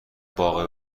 باغ